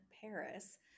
Paris